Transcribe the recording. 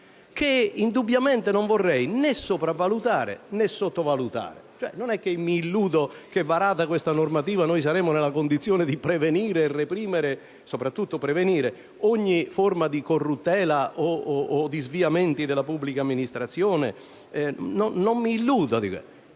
indubbiamente non vorrei né sopravvalutare né sottovalutare questo testo. Non mi illudo che, varata questa normativa, saremo nella condizione di reprimere e prevenire, soprattutto, ogni forma di corruttela o di sviamento della pubblica amministrazione. Non mi illudo di questo.